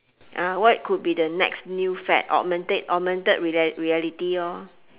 what could be the next new fad augmented augmented real~ reality lor